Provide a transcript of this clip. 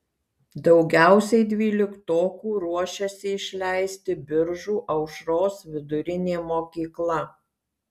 daugiausiai dvyliktokų ruošiasi išleisti biržų aušros vidurinė mokykla